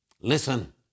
Listen